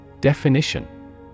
Definition